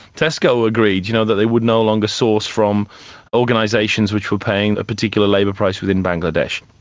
tesco agreed you know that they would no longer source from organisations which were paying a particular labour price within bangladesh.